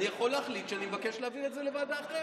אני יכול להחליט שאני מבקש להעביר את זה לוועדה אחרת.